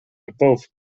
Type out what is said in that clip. above